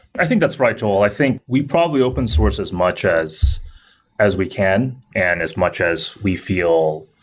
i think that's right, joel. i think we probably open source as much as as we can and as much as we feel.